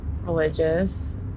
religious